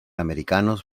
americanos